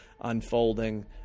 unfolding